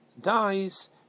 dies